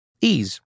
Ease